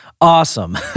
awesome